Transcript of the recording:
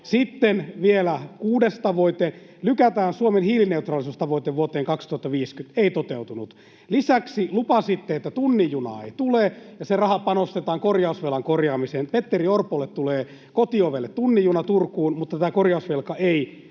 Sitten vielä kuudes tavoite: lykätään Suomen hiilineutraalisuustavoite vuoteen 2050 — ei toteutunut. Lisäksi lupasitte, että tunnin junaa ei tule ja se raha panostetaan korjausvelan korjaamiseen — Petteri Orpolle tulee kotiovelle tunnin juna Turkuun, mutta tämä korjausvelka ei vähene.